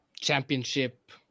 championship